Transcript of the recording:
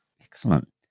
Excellent